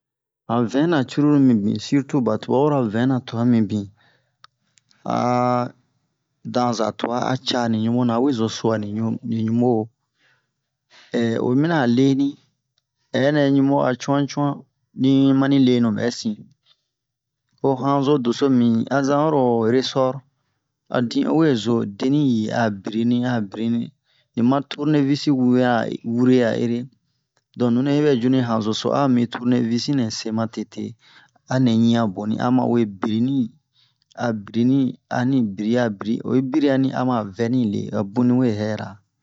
Han vin na cruru mibin sirtu ba tububara vin na twa mibin a danza twa a ca ni ɲu ni ɲubona a we zo su'a ni ɲubo oyi mina a leni ɛ nɛ ɲubo a cu'an cu'an ni mani lenu bɛ sin ho hanzo doso mimi a zan oro resor a din o we zo deni yi a birini a birini ni ma turnevisi wian a wure a ere don nunɛ yi bɛ ju ni hanzo so a'o mi turnevisi nɛ se ma tete anɛ ɲi'an boni a ma we birini a birini ani biri'a biri oyi biri'a ni a ma vɛni le o bun ni we hɛra